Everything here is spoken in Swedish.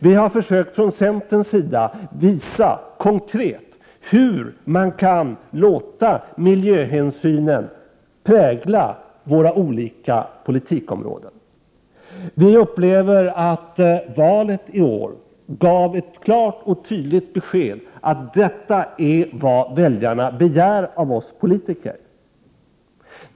Vi har från centerns sida försökt visa konkret hur man kan låta miljöhänsynen prägla våra olika politikområden. Vi upplever att valet i år gav ett klart och tydligt besked att detta är vad väljarna begär av oss politiker.